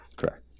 Correct